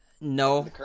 No